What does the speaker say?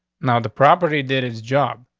now the property did his job.